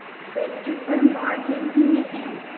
christopher martin henehan,